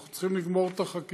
אנחנו צריכים לגמור את החקיקה,